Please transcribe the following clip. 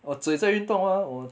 我嘴有在运动啊我